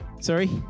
sorry